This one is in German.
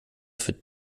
für